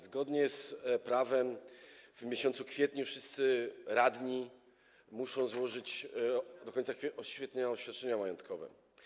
Zgodnie z prawem w kwietniu wszyscy radni muszą złożyć do końca kwietnia oświadczenia majątkowe.